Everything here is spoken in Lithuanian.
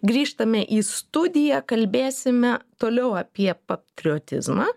grįžtame į studiją kalbėsime toliau apie patriotizmą